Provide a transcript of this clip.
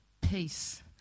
peace